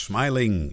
Smiling